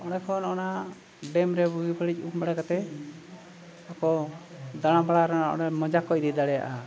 ᱚᱸᱰᱮᱠᱷᱚᱱ ᱚᱱᱟ ᱰᱮᱢ ᱨᱮ ᱵᱟᱹᱲᱤᱡ ᱩᱢ ᱵᱟᱲᱟ ᱠᱟᱛᱮ ᱟᱠᱚ ᱫᱟᱬᱟ ᱵᱟᱲᱟ ᱨᱮᱱᱟᱜ ᱚᱸᱰᱮ ᱢᱚᱡᱟ ᱠᱚ ᱤᱫᱤ ᱫᱟᱲᱮᱭᱟᱜᱼᱟ